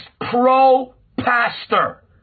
pro-pastor